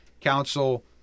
Council